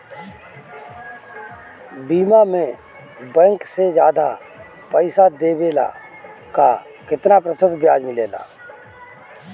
बीमा में बैंक से ज्यादा पइसा देवेला का कितना प्रतिशत ब्याज मिलेला?